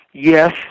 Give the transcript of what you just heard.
Yes